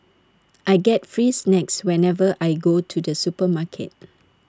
I get free snacks whenever I go to the supermarket